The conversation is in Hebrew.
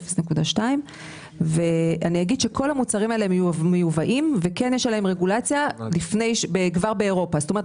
0.2. כל המוצרים האלה מיובאים וכבר באירופה כן יש עליהם רגולציה.